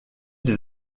des